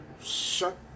Shut